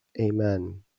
amen